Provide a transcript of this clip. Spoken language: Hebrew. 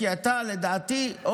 לדעתי.